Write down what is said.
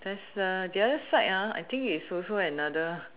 there's a the other side I think it's also another